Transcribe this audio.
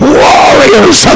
warriors